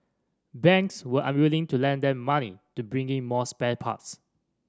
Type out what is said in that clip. banks were unwilling to lend them money to bring in more spare parts